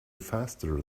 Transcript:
faster